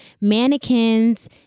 mannequins